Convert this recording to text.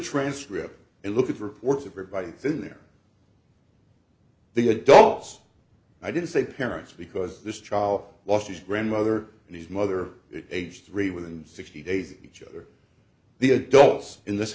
transcript and look at the reports everybody is in there the adults i didn't say parents because this trial lost his grandmother and his mother aged three within sixty days each other the adults in this